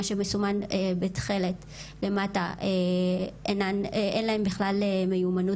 מה שמסומן בתכלת למטה אין להן בכלל מיומנות